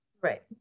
Right